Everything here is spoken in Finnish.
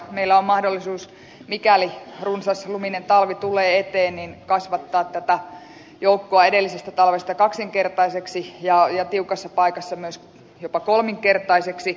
meillä on mahdollisuus mikäli runsasluminen talvi tulee eteen kasvattaa tätä joukkoa edellisestä talvesta kaksinkertaiseksi ja tiukassa paikassa myös jopa kolminkertaiseksi